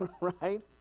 Right